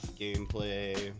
gameplay